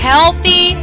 Healthy